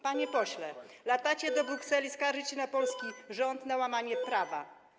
Panie pośle, latacie do Brukseli skarżyć się na polski rząd, na łamanie prawa.